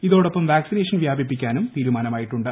ഇതോടൊപ്പം വാക്സിനേഷൻ വ്യാപിപ്പിക്കാനും തീരുമാനമായിട്ടുണ്ട്